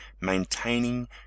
maintaining